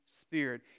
Spirit